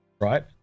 right